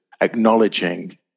acknowledging